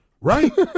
Right